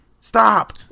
Stop